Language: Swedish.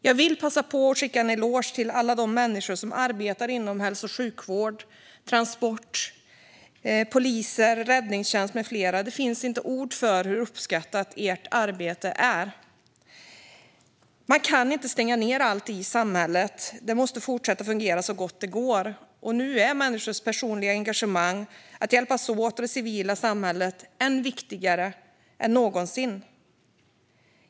Jag vill passa på att ge en eloge till alla de människor som arbetar inom hälso och sjukvård, transport, polis, räddningstjänst med flera. Det finns inte ord för hur uppskattat ert arbete är. Man kan inte stänga ned allt i samhället, utan det måste fortsätta fungera så gott det går. Människors personliga engagemang handlar nu om att hjälpas åt, och det civila samhället är viktigare än någonsin.